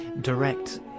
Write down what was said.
direct